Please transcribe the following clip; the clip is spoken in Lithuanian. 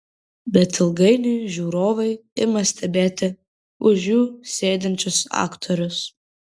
bet ilgainiui žiūrovai ima stebėti už jų sėdinčius aktorius